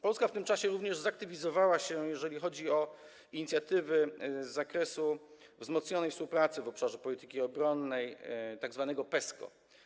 Polska w tym czasie również zaktywizowała się, jeżeli chodzi o inicjatywy z zakresu wzmocnionej współpracy w obszarze polityki obronnej, tzw. PESCO.